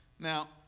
Now